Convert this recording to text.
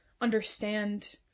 understand